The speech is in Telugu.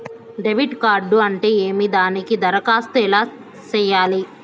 డెబిట్ కార్డు అంటే ఏమి దానికి దరఖాస్తు ఎలా సేయాలి